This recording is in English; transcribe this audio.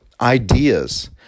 ideas